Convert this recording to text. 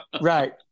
Right